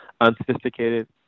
unsophisticated